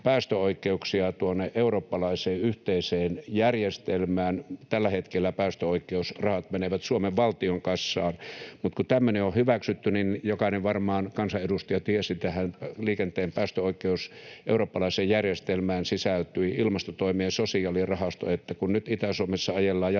päästöoikeuksia tuonne eurooppalaiseen yhteiseen järjestelmään. Tällä hetkellä päästöoikeusrahat menevät Suomen valtion kassaan, mutta kun tämmöinen on hyväksytty, niin jokainen kansanedustaja varmaan tiesi, että eurooppalaiseen liikenteen päästöoikeusjärjestelmään sisältyi ilmastotoimien sosiaalirahasto. Eli kun Itä-Suomessa ajellaan jatkossa